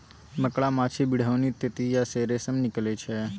मकड़ा, माछी, बिढ़नी, ततैया सँ रेशम निकलइ छै